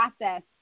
process